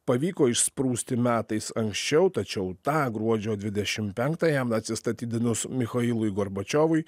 pavyko išsprūsti metais anksčiau tačiau tą gruodžio dvidešim penktąją atsistatydinus michailui gorbačiovui